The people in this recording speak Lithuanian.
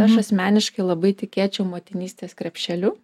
aš asmeniškai labai tikėčiau motinystės krepšeliu